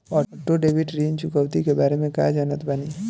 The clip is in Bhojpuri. ऑटो डेबिट ऋण चुकौती के बारे में कया जानत बानी?